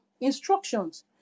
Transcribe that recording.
instructions